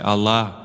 Allah